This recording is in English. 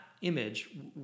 image